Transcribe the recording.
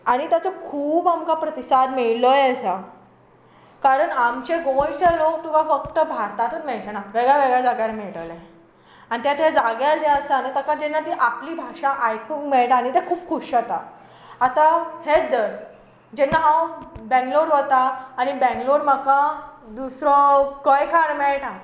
आनी ताचो खूब आमकां प्रतिसाद मेळिल्लोय आसा कारण आमचे गोंयचे लोक तुका फकत भारतांतूच मेळचे नात वेगळ्या वेगळ्या जाग्यार मेळटले आनी त्या त्या जाग्यार जे आसा न्हय ताका जेन्ना आपली भाशा आयकूंक मेळटा न्हय ते खूब खूश जाता आतां हेंच दर जेन्ना हांव बँगलौर वता आनी बँगलौर म्हाका दुसरो गोंयकार मेळटा